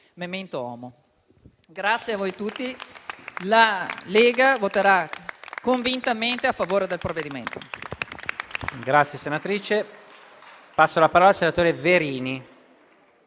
*Memento homo.* Grazie a voi tutti, colleghi, la Lega voterà convintamente a favore del provvedimento.